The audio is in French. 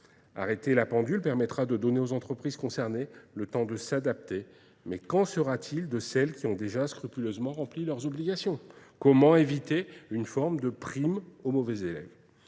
Arrêter la pendule permettra de donner aux entreprises concernées le temps de s'adapter. Mais qu'en sera-t-il de celles qui ont déjà scrupuleusement rempli leurs obligations ? Comment éviter une forme de prime aux mauvais élèves ?